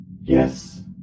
Yes